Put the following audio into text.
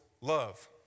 love